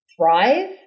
thrive